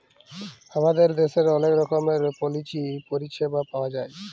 আমাদের দ্যাশের অলেক রকমের পলিচি পরিছেবা পাউয়া যায়